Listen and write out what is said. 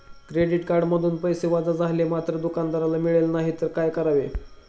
Credit कार्डमधून पैसे वजा झाले मात्र दुकानदाराला मिळाले नाहीत तर काय करावे?